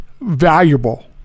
valuable